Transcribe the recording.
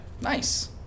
Nice